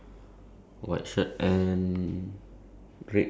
okay then the white one is wearing blue